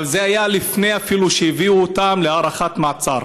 אבל זה היה עוד לפני שהביאו אותם להארכת מעצר.